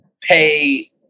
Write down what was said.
pay